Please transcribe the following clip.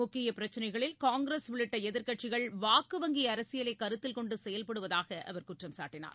முக்கியப் பிரச்னைகளில் காங்கிரஸ் உள்ளிட்ட எதிர்க்கட்சிகள் வாக்கு வங்கி அரசியலைக் கருத்தில் கொண்டு செயல்படுவதாக குற்றம் சாட்டினார்